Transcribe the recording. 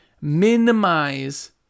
Minimize